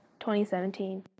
2017